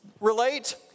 relate